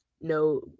no